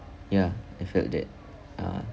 ya I felt that uh